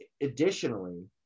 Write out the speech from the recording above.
Additionally